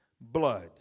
blood